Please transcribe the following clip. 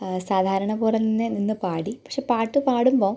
സാധാരണ പോലെത്തന്നെ നിന്ന് പാടി പക്ഷേ പാട്ട് പാടുമ്പോൾ